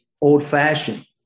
old-fashioned